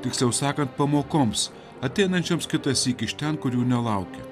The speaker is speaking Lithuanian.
tiksliau sakant pamokoms ateinančioms kitąsyk iš ten kur jų nelauki